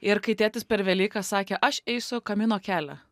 ir kai tėtis per velykas sakė aš eisiu kamino kelią